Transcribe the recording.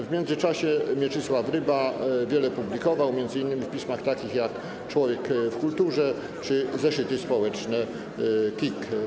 W międzyczasie Mieczysław Ryba wiele publikował, m.in. w pismach takich jak „Człowiek w Kulturze” czy „Zeszyty Społeczne KiK”